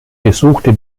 besuchte